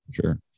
Sure